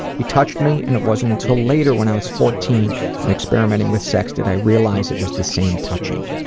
he touched me and it wasn't until later when i was fourteen and experimenting with sex that i realized it was the same touching.